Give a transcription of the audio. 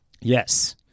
Yes